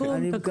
אני אשמח.